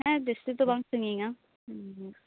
ᱦᱮᱸ ᱡᱟᱥᱛᱤ ᱫᱚ ᱵᱟᱝ ᱥᱟᱺᱜᱤᱧᱼᱟ